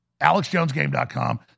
alexjonesgame.com